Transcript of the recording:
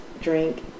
drink